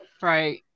Right